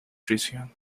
prisión